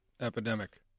Epidemic